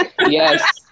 Yes